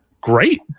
Great